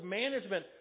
management